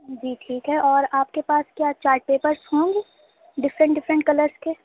جی ٹھیک ہے اور آپ کے پاس کیا چارٹ پیپرس ہوں گے ڈفرنٹ ڈفرنٹ کلرس کے